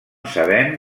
sabem